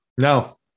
No